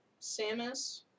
Samus